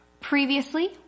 Previously